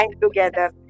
together